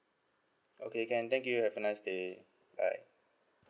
okay can thank you have a nice day bye